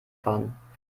fahren